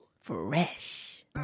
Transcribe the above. Fresh